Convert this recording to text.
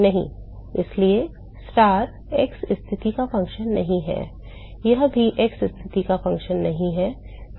नहीं इसलिए star x स्थिति का फ़ंक्शन नहीं है यह भी x स्थिति का फ़ंक्शन नहीं है